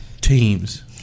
Teams